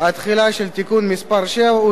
התחילה של תיקון מס' 7,